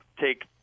take